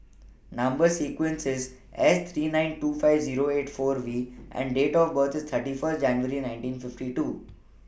Number sequence IS S three nine two five Zero eight four V and Date of birth IS thirty First January nineteen fifty two